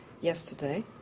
yesterday